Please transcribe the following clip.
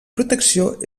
protecció